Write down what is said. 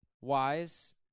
Wise